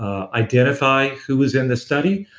um identify who was in the study.